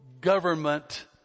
government